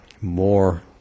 more